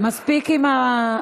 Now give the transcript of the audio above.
מספיק עם,